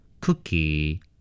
Cookie